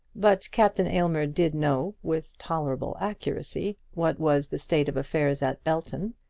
but captain aylmer did know, with tolerable accuracy, what was the state of affairs at belton,